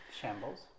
Shambles